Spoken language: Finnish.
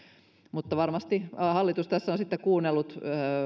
mutta varmasti hallitus tässä on sitten kuunnellut